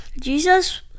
Jesus